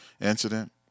Incident